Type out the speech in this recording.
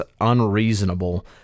unreasonable